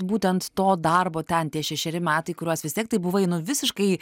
būtent to darbo ten tie šešeri metai kuriuos vis tiek tai buvai nu visiškai